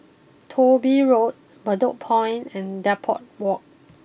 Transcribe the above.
Thong Bee Road Bedok Point and Depot walk